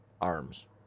arms